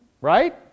Right